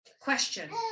Question